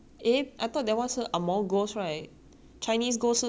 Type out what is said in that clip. chinese ghost 烧香 angmoh ghost is burn sage is it